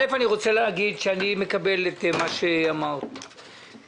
אני מקבל את מה שאמרה מיקי חיימוביץ',